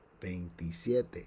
veintisiete